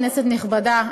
כנסת נכבדה,